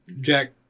Jack